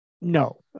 no